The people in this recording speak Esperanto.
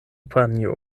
panjo